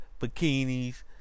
bikinis